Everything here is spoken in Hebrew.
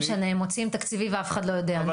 לא משנה, הם מוציאים תקציבי ואף אחד לא יודע, נו.